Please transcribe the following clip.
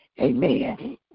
Amen